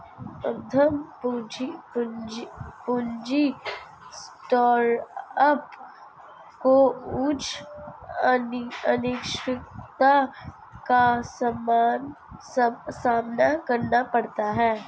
उद्यम पूंजी स्टार्टअप को उच्च अनिश्चितता का सामना करना पड़ता है